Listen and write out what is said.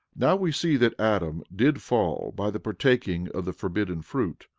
now we see that adam did fall by the partaking of the forbidden fruit,